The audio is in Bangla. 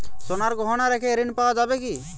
সোনার গহনা রেখে ঋণ পাওয়া যাবে কি?